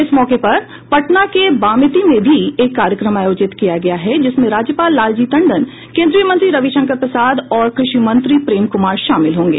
इस मौके पर पटना के बामेती में भी एक कार्यक्रम आयोजित किया गया है जिसमें राज्यपाल लालजी टंडन केंद्रीय मंत्री रविशंकर प्रसाद और कृषि मंत्री प्रेम कुमार शामिल होंगे